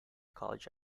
college